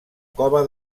cova